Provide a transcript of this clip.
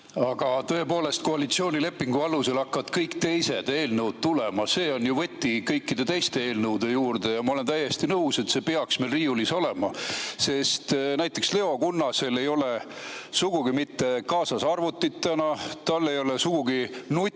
Aga tõepoolest, koalitsioonilepingu alusel hakkavad kõik teised eelnõud tulema. See on ju võti kõikide teiste eelnõude juurde ja ma olen täiesti nõus, et see peaks meil riiulis olema. Näiteks Leo Kunnasel ei ole täna sugugi mitte arvutit kaasas, tal ei ole sugugi nutitelefoni